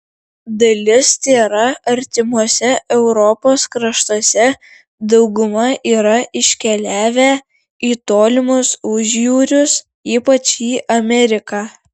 dalis tėra artimuose europos kraštuose dauguma yra iškeliavę į tolimus užjūrius ypač į ameriką